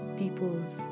people's